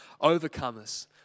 overcomers